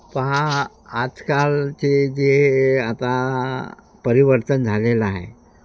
पहा आजकालचे जे आता परिवर्तन झालेलं आहे